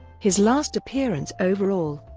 his last appearance overall,